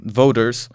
voters